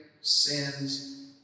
sins